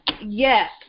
yes